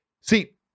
See